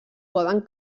poden